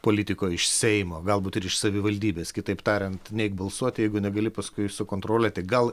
politiko iš seimo galbūt ir iš savivaldybės kitaip tariant neik balsuoti jeigu negali paskui sukontroliuoti gal